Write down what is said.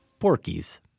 porkies